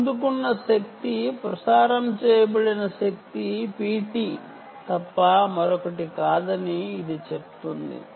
అందుకున్న శక్తి ప్రసారం చేయబడిన శక్తి Pt తప్ప మరొకటి కాదని ఇది చెప్తుంది